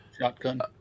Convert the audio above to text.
Shotgun